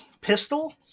Pistol